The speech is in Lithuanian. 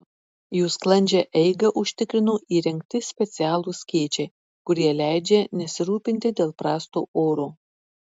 jų sklandžią eigą užtikrino įrengti specialūs skėčiai kurie leidžia nesirūpinti dėl prasto oro